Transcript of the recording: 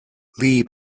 lee